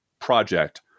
project –